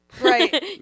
Right